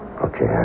Okay